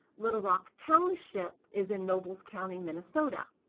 little rock township is in nobles county minnesota.